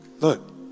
Look